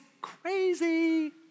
crazy